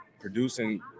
producing